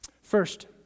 First